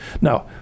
Now